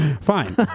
Fine